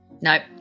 Nope